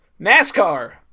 NASCAR